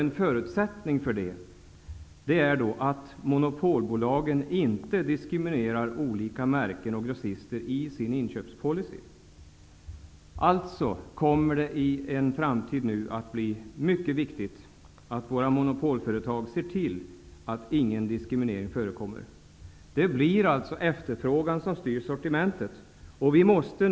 En förutsättning är att monopolbolagen inte diskriminerar olika märken och grossister i sin inköpspolicy. Alltså: I framtiden kommer det att vara mycket viktigt att våra monopolföretag ser till att det inte förekommer någon diskriminering. Det blir alltså efterfrågan som styr sortimentet.